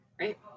right